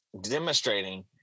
demonstrating